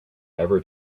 ever